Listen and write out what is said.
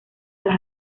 las